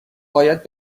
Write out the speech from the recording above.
باید